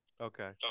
okay